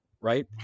right